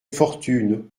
fortune